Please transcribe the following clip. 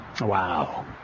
Wow